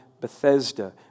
Bethesda